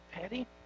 petty